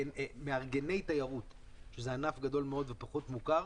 מארגני תיירות זה ענף גדול מאוד ופחות מוכר,